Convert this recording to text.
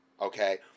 Okay